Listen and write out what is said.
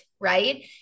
right